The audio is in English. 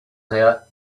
their